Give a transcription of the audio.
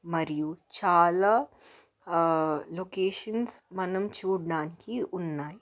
మరియు చాలా లొకేషన్స్ మనం చూడడానికి ఉన్నాయి